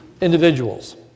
individuals